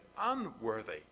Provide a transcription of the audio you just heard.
unworthy